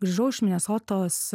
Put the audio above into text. grįžau iš minesotos